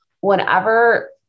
whenever